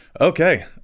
okay